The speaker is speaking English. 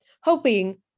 hoping